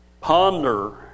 Ponder